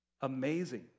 amazing